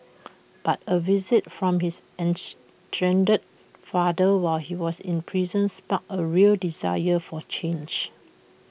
but A visit from his estranged father while he was in prison sparked A real desire for change